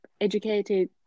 educated